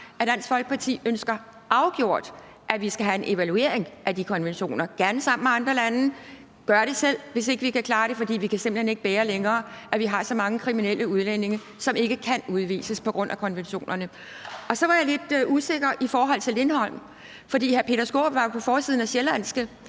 afgjort ønsker, at vi skal have en evaluering af de konventioner, gerne sammen med andre lande eller gøre det selv, hvis ikke vi kan klare det, for vi kan simpelt hen ikke længere bære, at vi har så mange kriminelle udlændinge, som ikke kan udvises på grund af konventionerne. Så var jeg lidt usikker i forhold til Lindholm, fordi hr. Peter Skaarup jo på forsiden af Sjællandske